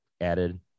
added